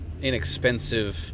inexpensive